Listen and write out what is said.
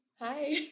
Hi